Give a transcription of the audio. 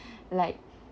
like